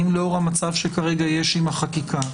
לאור המצב שכרגע יש עם החקיקה.